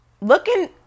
looking